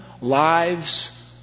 lives